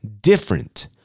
different